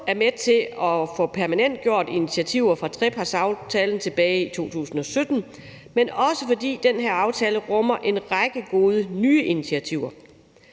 er med til at få permanentgjort initiativer fra trepartsaftalen tilbage fra 2017, men også rummer en række gode nye initiativer.